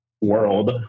world